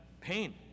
Pain